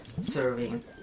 serving